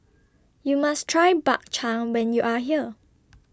YOU must Try Bak Chang when YOU Are here